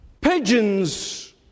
Pigeons